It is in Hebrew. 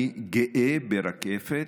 אני גאה ברקפת,